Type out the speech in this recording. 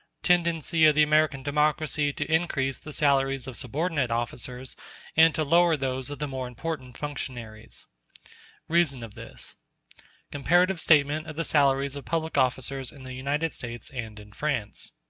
tendency of the american democracy to increase the salaries of subordinate officers and to lower those of the more important functionaries reason of this comparative statement of the salaries of public officers in the united states and in france.